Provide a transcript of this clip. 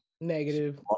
Negative